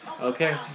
Okay